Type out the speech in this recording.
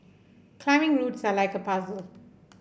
climbing routes are like a puzzle